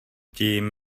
tím